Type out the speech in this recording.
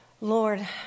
Lord